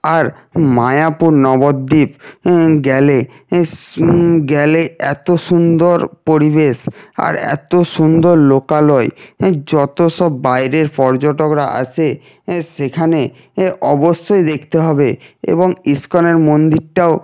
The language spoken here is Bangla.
আর মায়াপুর নবদ্বীপ গেলে গেলে এত সুন্দর পরিবেশ আর এত সুন্দর লোকালয় যত সব বাইরের পর্যটকরা আসে সেখানে অবশ্যই দেখতে হবে এবং ইস্কনের মন্দিরটাও